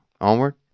Onward